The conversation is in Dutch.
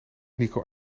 nico